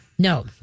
No